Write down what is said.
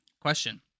question